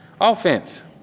Offense